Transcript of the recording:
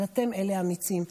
אבל אתם אלה האמיצים.